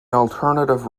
alternative